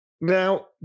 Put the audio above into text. Now